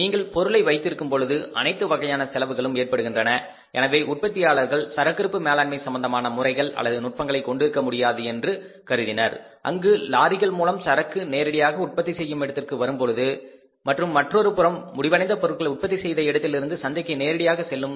நீங்கள் பொருளை வைத்திருக்கும் பொழுது அனைத்து வகையான செலவுகளும் ஏற்படுகின்றன எனவே உற்பத்தியாளர்கள் சரக்கிருப்பு மேலாண்மை சம்பந்தமான முறைகள் அல்லது நுட்பங்களை கொண்டிருக்க முடியாது என்று கருதினர் அங்கு லாரிகள் மூலம் சரக்கு நேரடியாக உற்பத்தி செய்யும் இடத்திற்கு வரும் மற்றும் மற்றொரு புறம் முடிவடைந்த பொருட்கள் உற்பத்தி செய்த இடத்தில் இருந்து சந்தைக்கு நேரடியாக செல்லும்